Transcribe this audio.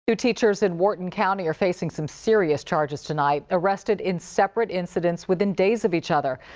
two teachers in wharton county are facing some serious charges tonight, arrested in separate incidents within days of each other.